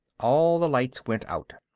all the lights went out.